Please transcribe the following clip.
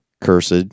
Cursed